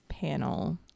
panel